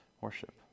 worship